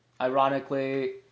Ironically